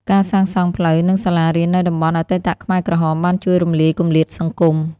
ការសាងសង់ផ្លូវ និងសាលារៀននៅតំបន់អតីតខ្មែរក្រហម បានជួយរំលាយគម្លាតសង្គម។